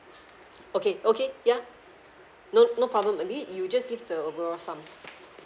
okay okay ya no no problem maybe you just give the overall sum